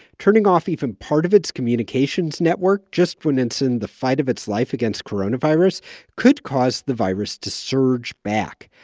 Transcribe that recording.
turning off even part of its communications network just when it's in the fight of its life against coronavirus could cause the virus to surge back.